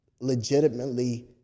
legitimately